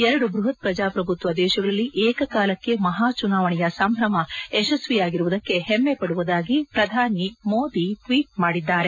ಎರಡು ಬೃಹತ್ ಪ್ರಜಾಪ್ರಭುತ್ವ ದೇಶಗಳಲ್ಲಿ ಏಕಕಾಲಕ್ಕೆ ಮಹಾಚುನಾವಣೆಯ ಸಂಭ್ರಮ ಯಶಸ್ವಿಯಾಗಿರುವುದಕ್ಕೆ ಹೆಮ್ಮೆ ಪಡುವುದಾಗಿ ಪ್ರಧಾನಿ ಮೋದಿ ಟ್ವೀಟ್ ಮಾಡಿದ್ದಾರೆ